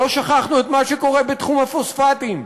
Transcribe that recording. לא שכחנו את מה שקורה בתחום הפוספטים,